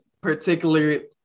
particularly